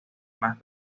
más